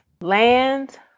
land